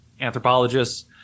anthropologists